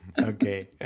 Okay